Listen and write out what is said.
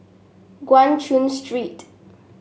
Guan Chuan Street